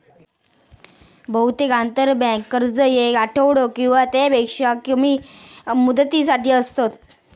बहुतेक आंतरबँक कर्ज येक आठवडो किंवा त्यापेक्षा कमी मुदतीसाठी असतत